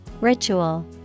Ritual